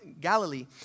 Galilee